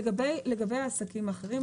לגבי העסקים האחרים,